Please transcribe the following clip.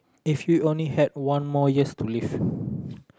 if you only had one more years to live